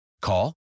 Call